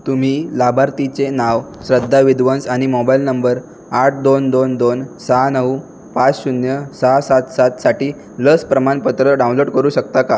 तुम्ही लाभार्थीचे नाव श्रद्धा विद्वंस आणि मोबाईल नंबर आठ दोन दोन दोन सहा नऊ पाच शून्य सहा सात सातसाठी लस प्रमाणपत्र डाउनलोड करू शकता का